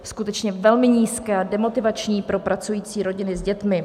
Skutečně velmi nízké a demotivační pro pracující rodiny s dětmi.